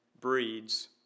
breeds